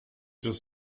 das